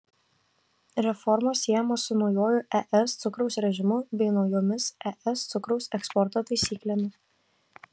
reformos siejamos su naujuoju es cukraus režimu bei naujomis es cukraus eksporto taisyklėmis